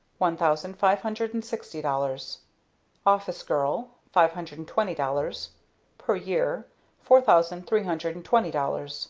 one thousand five hundred and sixty dollars office girl. five hundred and twenty dollars per year four thousand three hundred and twenty dollars